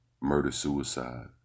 murder-suicide